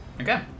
Okay